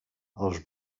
els